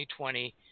2020